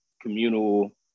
communal